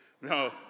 No